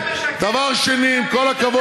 דוד, אתה משקר.